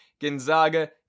Gonzaga